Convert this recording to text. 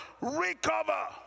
recover